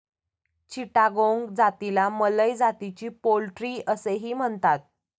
चिटागोंग जातीला मलय जातीची पोल्ट्री असेही म्हणतात